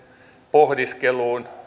pohdiskeluun